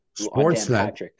Sportsnet